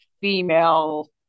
female